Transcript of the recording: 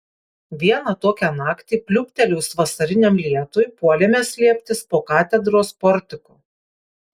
vieną tokią naktį pliūptelėjus vasariniam lietui puolėme slėptis po katedros portiku